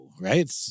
Right